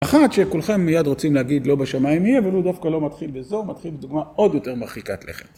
אחת שכולכם מיד רוצים להגיד לא בשמיים היא, אבל הוא דווקא לא מתחיל בזו, מתחיל בדוגמה עוד יותר מרחיקת לכת.